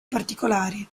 particolari